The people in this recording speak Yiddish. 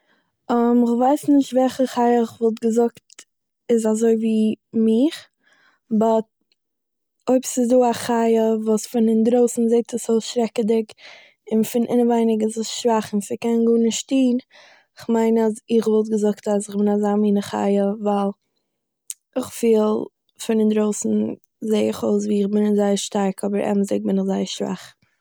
איך ווייס נישט וועלכע חיה כ'וואלט געזאגט איז אזויווי מיך, באט, אויב ס'איז דא א חיה וואס פון אינדרויסן זעהט עס אויס שרעקעדיג און פון אינעווייניג איז עס שוואך און ס'קען גארנישט טוהן, כ'מיין אז איך וואלט געזאגט אז איך בין אזא מין חיה ווייל איך פיל פון אינדרויסן זעה איך אויס ווי איך בין זייער שטארק אבער אמת'דיג בין איך זייער שוואך